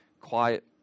quiet